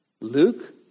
Luke